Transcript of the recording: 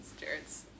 Jared's